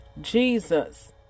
Jesus